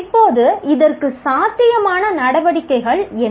இப்போது இதற்கு சாத்தியமான நடவடிக்கைகள் என்ன